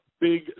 big